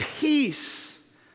peace